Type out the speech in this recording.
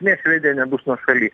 ne švedija nebus nuošaly